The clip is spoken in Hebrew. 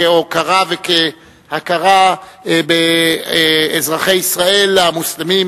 כהוקרה וכהכרה באזרחי ישראל המוסלמים,